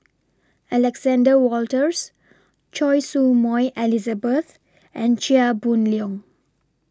Alexander Wolters Choy Su Moi Elizabeth and Chia Boon Leong